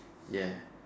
ya